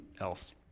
else